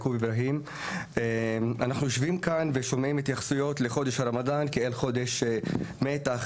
אנחנו יושבים כאן ושומעים התייחסויות לחודש הרמדאן כאל חודש מתח,